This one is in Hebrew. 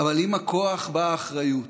אבל עם הכוח באה האחריות.